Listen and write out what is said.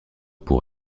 pour